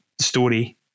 story